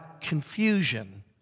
confusion